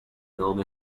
نام